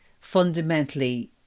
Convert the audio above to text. fundamentally